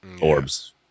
orbs